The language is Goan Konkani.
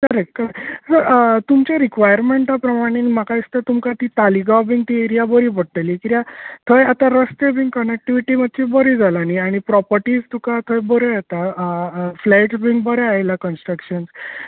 करेक्ट करेक्ट सर तुमच्या रिक्वायरमेंटा प्रमाणे म्हाका दिसता तुमका ती तालिगांव बी ती एरिया बरी पडटली कित्याक थंंय आतां रस्ते बी कनॅक्टिवीटी मात्शी बरी जाल्या न्हय आनी प्रोपर्टीज तुका थंय बऱ्यो येता फ्लॅट बी बरें आयला कंस्ट्रक्शन